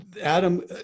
Adam